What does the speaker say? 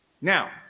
Now